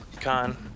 con